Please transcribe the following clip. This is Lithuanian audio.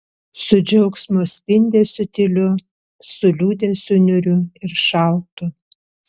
su džiaugsmo spindesiu tyliu su liūdesiu niūriu ir šaltu